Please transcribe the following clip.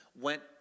went